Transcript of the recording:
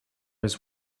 his